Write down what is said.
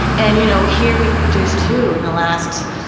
and you know here we've produced two in the last,